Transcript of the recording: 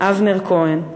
אבנר כהן.